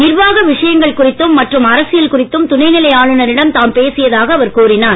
நிர்வாக விஷயங்கள் பின்னர் குறித்தும் மற்றும் அரசியல் குறித்தும் துணைநிலை ஆளுனரிடம் தாம் பேசியதாக அவர் கூறினார்